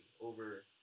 over